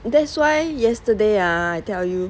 that's why yesterday ah I tell you